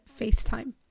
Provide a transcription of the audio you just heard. FaceTime